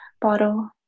bottle